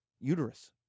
uterus